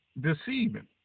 deceiving